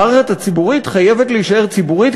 המערכת הציבורית חייבת להישאר ציבורית,